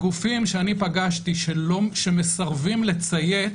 הגופים שאני פגשתי שמסרבים לציית